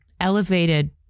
elevated